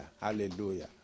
Hallelujah